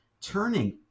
turning